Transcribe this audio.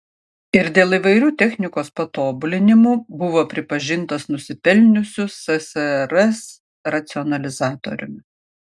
ir dėl įvairių technikos patobulinimų buvo pripažintas nusipelniusiu ssrs racionalizatoriumi